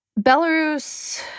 Belarus